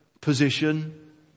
position